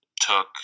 took